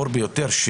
בורקה.